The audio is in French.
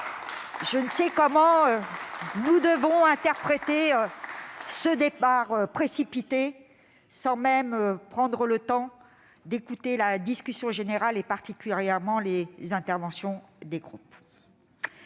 Je ne sais comment nous devons interpréter ce départ précipité du ministre, qui n'a même pas pris le temps d'écouter la discussion générale, en particulier les interventions des groupes.